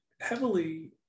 heavily